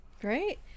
great